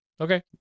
okay